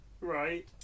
Right